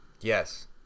Yes